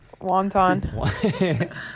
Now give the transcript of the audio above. Wonton